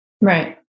right